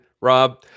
Rob